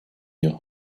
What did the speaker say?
your